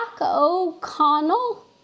O'Connell